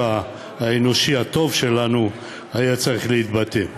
האנושי הטוב שלנו היה צריך להתבטא בו.